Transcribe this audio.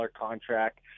contract